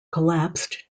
collapsed